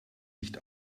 nicht